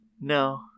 No